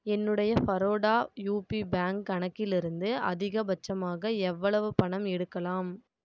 என்னுடைய Baroda UP bank கணக்கிலிருந்து அதிகபட்சமாக எவ்வளவு பணம் எடுக்கலாம்